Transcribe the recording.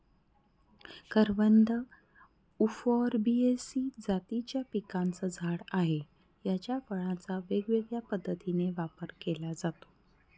करवंद उफॉर्बियेसी जातीच्या पिकाचं झाड आहे, याच्या फळांचा वेगवेगळ्या पद्धतीने वापर केला जातो